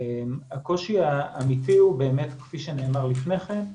הקושי האמיתי הוא באמת כפי שנאמר לפני כן,